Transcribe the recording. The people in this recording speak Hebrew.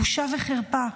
בושה וחרפה,